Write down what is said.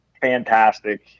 fantastic